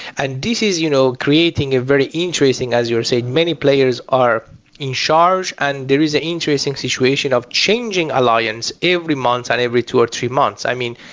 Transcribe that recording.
and this is you know creating a very interesting, as you were saying, many players are in charge and there is an interesting situation of changing alliance every month and every two or three months. i mean,